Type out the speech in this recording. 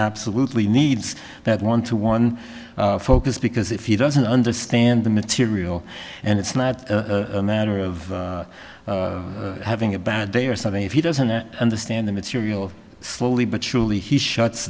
absolutely needs that one to one focus because if he doesn't understand the material and it's not a matter of having a bad day or something if he doesn't understand the material slowly but surely he shuts